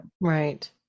Right